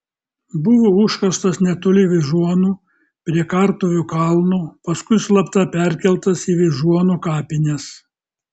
buvo užkastas netoli vyžuonų prie kartuvių kalno paskui slapta perkeltas į vyžuonų kapines